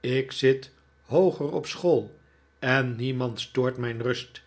ik zit hooger op school en niemand stoort mijn rust